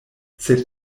sed